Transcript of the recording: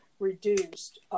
reduced